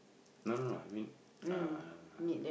no no no I mean ah